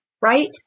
Right